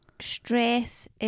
stress